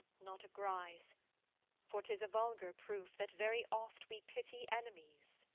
not a grize for t is a vulgar proof, that very oft we pity enemies.